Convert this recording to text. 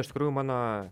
iš tikrųjų mano